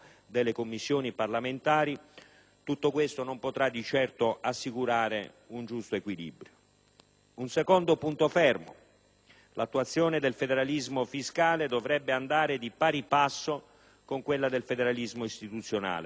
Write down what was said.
parlamentari, non potrà certo assicurare un giusto equilibrio. Un secondo punto fermo è che l'attuazione del federalismo fiscale dovrebbe andare di pari passo con quella del federalismo istituzionale, non per rinviare il problema